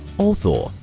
author,